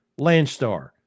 Landstar